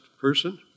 person